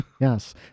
Yes